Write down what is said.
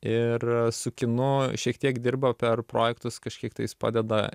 ir su kinu šiek tiek dirba per projektus kažkiek tais padeda